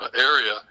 area